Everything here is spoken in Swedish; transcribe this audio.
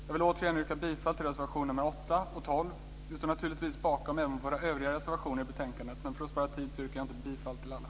Jag vill återigen yrka bifall till reservationerna 8 och 12. Vi står naturligtvis även bakom våra övriga reservationer i betänkandet, men för att spara tid så yrkar jag inte bifall till alla.